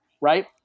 right